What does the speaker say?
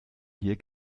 hier